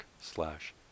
slash